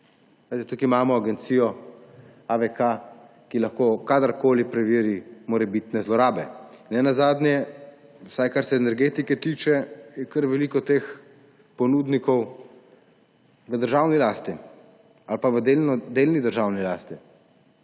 tukaj agencijo AVK, ki lahko kadarkoli preveri morebitne zlorabe. Ne nazadnje je, vsaj kar se energetike tiče, kar veliko teh ponudnikov v državni lasti ali v delni državni lasti.